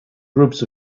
groups